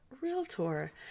realtor